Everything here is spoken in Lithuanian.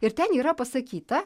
ir ten yra pasakyta